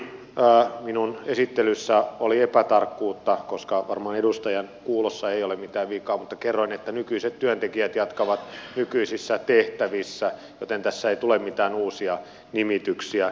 varmaankin minun esittelyssäni oli epätarkkuutta koska varmaan edustajan kuulossa ei ole mitään vikaa mutta kerroin että nykyiset työntekijät jatkavat nykyisissä tehtävissä joten tässä ei tule mitään uusia nimityksiä